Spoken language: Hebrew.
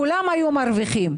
כולם היו מרוויחים,